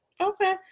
Okay